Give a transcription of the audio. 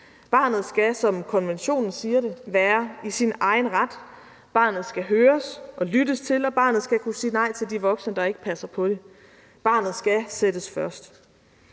Barnet skal, som konventionen siger det, være i sin egen ret; barnet skal høres og lyttes til, og barnet skal kunne sige nej til de voksne, der ikke passer på det. Barnet skal sættes først.